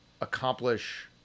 accomplish